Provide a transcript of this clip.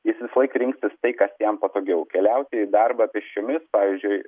jis visąlaik rinksis tai kas jam patogiau keliauti į darbą pėsčiomis pavyzdžiui